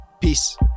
peace